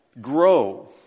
grow